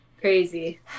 crazy